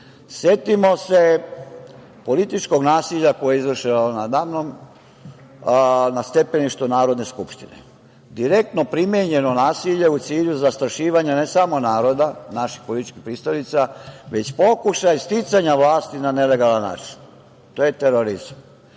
Setimo se političkog nasilja koje je izvršeno nada mnom na stepeništu Narodne skupštine, direktno primenjeno nasilje u cilju zastrašivanja ne samo naroda, naših političkih pristalica, već pokušaj sticanja vlasti na nelegalan način. To je terorizam. Rusija